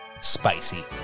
Spicy